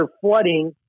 flooding